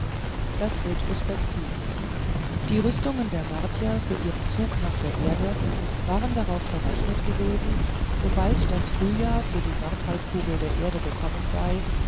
das retrospektiv die rüstungen der martier für ihren zug nach der erde waren darauf berechnet gewesen sobald das frühjahr für die nordhalbkugel der erde gekommen sei